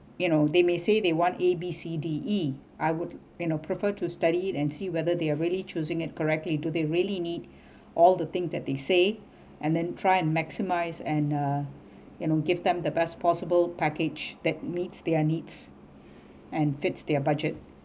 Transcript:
you know they may say they want a b c d e I would you know prefer to study and see whether they are really choosing it correctly do they really need all the things that they say and then try and maximize and uh you know give them the best possible package that meets their needs and fits their budget